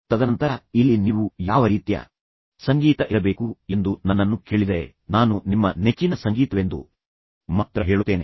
ತದನಂತರ ಇಲ್ಲಿ ನೀವು ಯಾವ ರೀತಿಯ ಸಂಗೀತ ಇರಬೇಕು ಎಂದು ನನ್ನನ್ನು ಕೇಳಿದರೆ ನಾನು ನಿಮ್ಮ ನೆಚ್ಚಿನ ಸಂಗೀತವೆಂದು ಮಾತ್ರ ಹೇಳುತ್ತೇನೆ